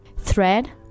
Thread